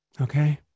Okay